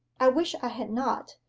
i wish i had not.